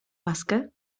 łaskę